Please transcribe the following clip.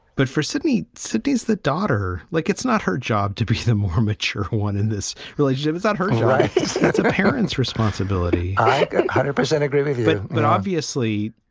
but for sydney cities that daughter like, it's not her job to be the more mature one in this relationship, it's not her yeah parents' responsibility like a hundred percent agree with that obviously,